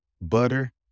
butter